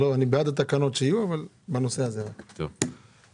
1 תקנות התעבורה (תיקון מס' ...),